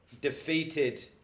defeated